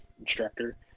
instructor